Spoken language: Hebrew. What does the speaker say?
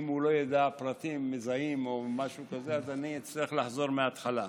אם הוא לא ידע פרטים מזהים או משהו כזה אצטרך לחזור מהתחלה.